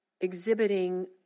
exhibiting